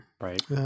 Right